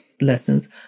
lessons